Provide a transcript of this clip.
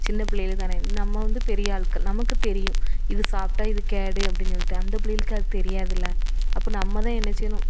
சின்னப்புள்ளைகளு தானே நம்ம வந்து பெரிய ஆட்கள் நமக்கு தெரியும் இது சாப்பிட்டா இது கேடு அப்படின்னு சொல்லிட்டு அந்த புள்ளைகளுக்கு அது தெரியாதில்ல அப்போ நம்ம தான் என்ன செய்யணும்